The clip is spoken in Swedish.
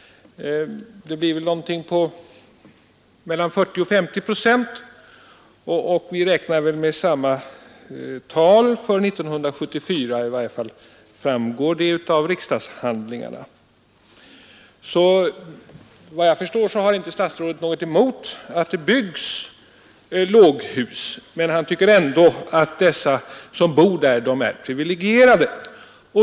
Den kommer väl att ligga någonstans mellan 40 och 50 procent, och enligt vad som uppgivits i riksdagstrycket räknar man med samma andel för 1974. Såvitt jag förstår har statsrådet alltså inte något emot att det byggs låghus. Men ändå tycker han att de som bor där är privilegierade.